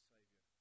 Savior